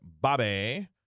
Bobby